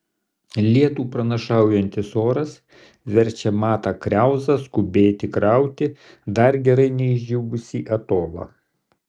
lietų pranašaujantis oras verčia matą kriauzą skubėti krauti dar gerai neišdžiūvusį atolą